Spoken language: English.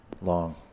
long